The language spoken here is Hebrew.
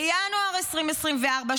בינואר 2024,